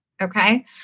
Okay